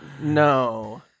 No